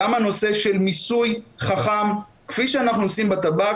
גם על נושא של מיסוי חכם כפי שאנחנו עושים בטבק.